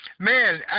Man